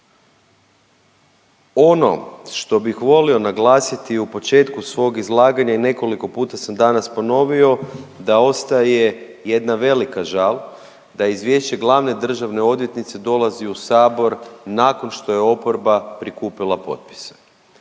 Ono što bih volio naglasiti u početku svog izlaganja i nekoliko puta sam danas ponovio da ostaje jedna velika žal da izvješće glavne državne odvjetnice dolazi u sabor nakon što je oporba prikupila potpise.